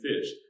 fish